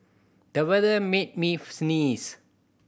the weather made me sneeze